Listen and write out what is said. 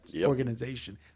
organization